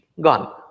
Gone